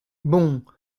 bon